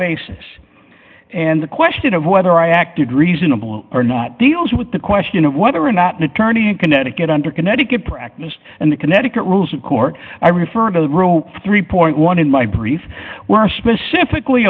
basis and the question of whether i acted reasonable or not deals with the question of whether or not an attorney in connecticut under connecticut practice and the connecticut rules court i refer to three point one in my brief were specifically